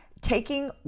taking